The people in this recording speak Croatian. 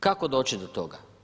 Kako doći do toga?